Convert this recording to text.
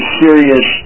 serious